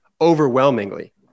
overwhelmingly